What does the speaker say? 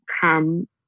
come